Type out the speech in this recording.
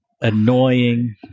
annoying